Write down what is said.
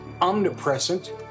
omnipresent